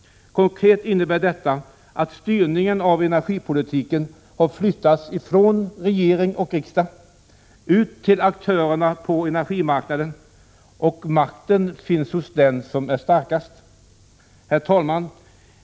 Konkret innebär detta att styrningen av energipolitiken har flyttats från regering och riksdag ut till aktörerna på energimarknaden, och makten finns hos dem som är starkast. Herr talman!